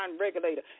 regulator